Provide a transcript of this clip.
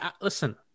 listen